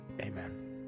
Amen